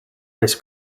this